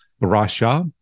Russia